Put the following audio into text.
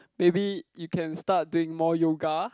maybe you can start doing more yoga